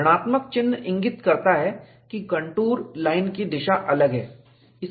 ऋणात्मक चिन्ह इंगित करता है कि कंटूर लाइन की दिशा अलग है